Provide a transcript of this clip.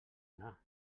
anar